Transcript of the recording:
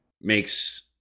makes